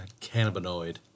cannabinoid